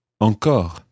Encore